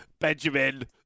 Benjamin